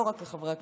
לא רק לחברי הכנסת,